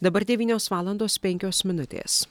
dabar devynios valandos penkios minutės